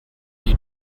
you